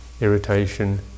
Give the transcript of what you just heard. irritation